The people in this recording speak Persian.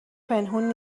پنهون